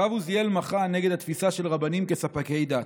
הרב עוזיאל מחה נגד התפיסה של רבנים כספקי דת.